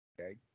okay